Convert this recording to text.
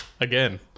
Again